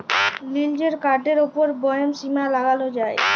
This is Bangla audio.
লিজের কার্ডের ওপর ব্যয়ের সীমা লাগাল যায়